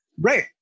Right